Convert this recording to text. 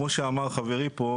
אני גם מעריך ומכבד אותך.